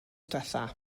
diwethaf